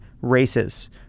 races